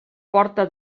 porta